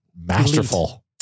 masterful